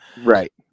Right